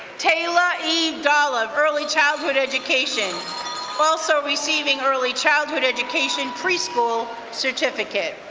taylor e. dolive, early childhood education also receiving early childhood education preschool certificate.